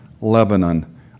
Lebanon